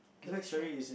care to share